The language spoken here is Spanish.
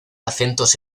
acentos